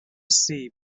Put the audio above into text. sea